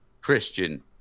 Christian